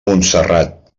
montserrat